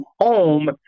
home